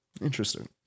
Interesting